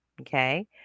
okay